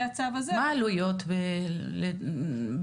מה העלויות בממוצע,